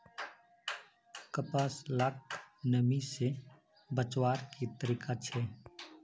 कपास लाक नमी से बचवार की तरीका छे?